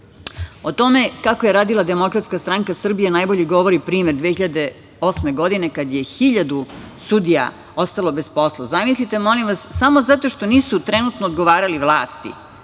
tome kako je radila Demokratska stranka Srbije najbolje govori primer 2008. godine kada je 1.000 sudija ostalo bez posla, zamislite, molim vas, samo zato što nisu trenutno odgovarali vlasti.